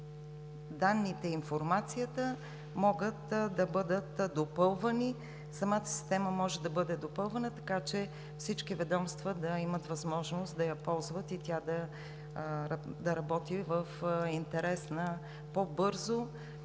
данните и информацията могат да бъдат допълвани. Самата система може да бъде допълвана, така че всички ведомства да имат възможност да я ползват и тя да работи в интерес на по бързото